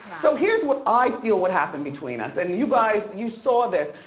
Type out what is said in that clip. so here's what i feel what happened between us, and you guys, you saw this,